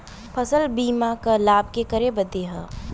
फसल बीमा क लाभ केकरे बदे ह?